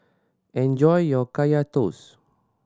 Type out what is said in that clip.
enjoy your Kaya Toast